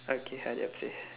okay hurry up say